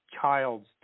child's